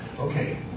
Okay